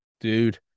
Dude